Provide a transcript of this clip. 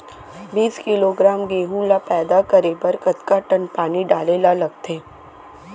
बीस किलोग्राम गेहूँ ल पैदा करे बर कतका टन पानी डाले ल लगथे?